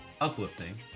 uplifting